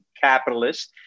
capitalists